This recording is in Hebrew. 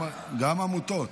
גם עמותות.